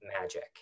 magic